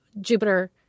Jupiter